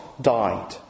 died